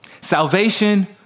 Salvation